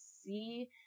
see